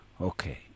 Okay